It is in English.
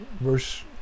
verse